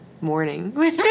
morning